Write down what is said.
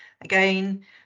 again